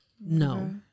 No